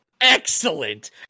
excellent